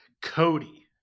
Cody